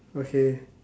okay